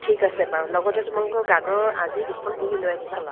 ঠিক আছে বাৰু লগতে তোমালোকৰ গানৰ আজি দুখন বহী লৈ আনিবা